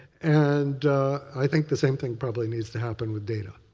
and i think the same thing probably needs to happen with data.